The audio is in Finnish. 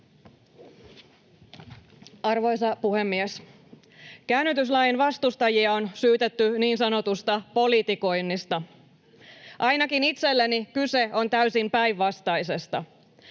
Arvoisa puhemies! Käännytyslain vastustajia on syytetty niin sanotusta politikoinnista. Ainakin itselleni kyse on täysin päinvastaisesta.